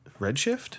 Redshift